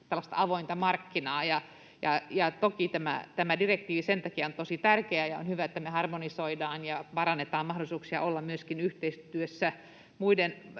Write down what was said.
tällaista avointa markkinaa. Toki tämä direktiivi sen takia on tosi tärkeä, ja on hyvä, että me harmonisoidaan ja parannetaan mahdollisuuksia olla myöskin yhteistyössä yli